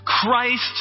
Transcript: Christ